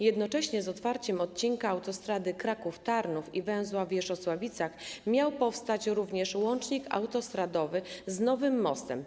Jednocześnie z otwarciem odcinka autostrady Kraków -Tarnów i węzła w Wierzchosławicach miał powstać również łącznik autostradowy z nowym mostem.